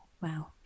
Wow